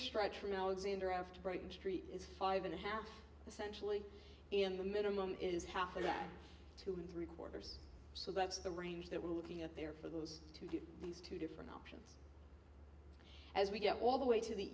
stretch from alexander after breaking street is five and a half essentially in the minimum is half of that two and three quarters so that's the range that we're looking at there for those two these two different op as we get all the way to the